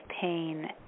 pain